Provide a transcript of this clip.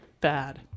bad